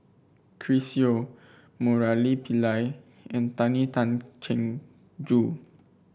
Chris Yeo Murali Pillai and Tony Tan Keng Joo